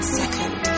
second